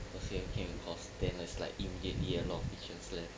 first year we came into course then it's like immediately a lot of teachers left